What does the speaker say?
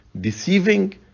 deceiving